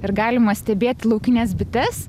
ir galima stebėti laukines bites